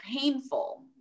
painful